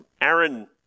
Aaron